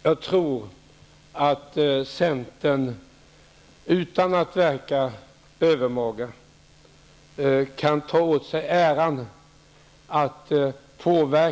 Fru talman! Jag tror att centern, utan att verka övermaga, kan ta åt sig äran av